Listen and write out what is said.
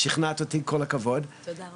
תודה רבה.